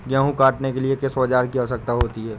गेहूँ काटने के लिए किस औजार की आवश्यकता होती है?